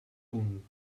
punt